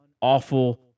awful